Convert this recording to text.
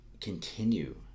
continue